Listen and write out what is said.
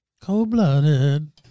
Cold-blooded